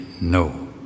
no